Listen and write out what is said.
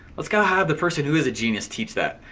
let's go have the person who is a genius teach that.